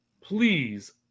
please